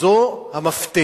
זה המפתח.